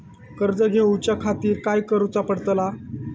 कर्ज घेऊच्या खातीर काय करुचा पडतला?